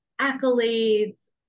accolades